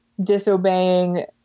disobeying